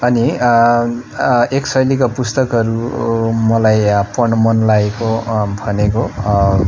अनि एक शैलीका पुस्तकहरू मलाई आ पढ्नु मन लागेको भनेको